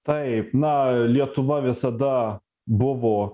taip na lietuva visada buvo